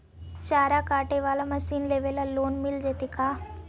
चारा काटे बाला मशीन लेबे ल लोन मिल जितै का?